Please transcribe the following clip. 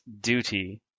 duty